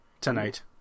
tonight